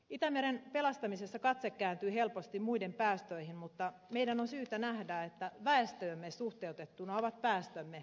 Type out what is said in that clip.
itämeren pelastamisessa katse kääntyy helposti muiden päästöihin mutta meidän on syytä nähdä että väestöömme suhteutettuna ovat päästömme mittavia